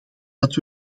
dat